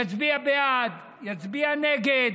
יצביע בעד, יצביע נגד,